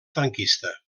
franquista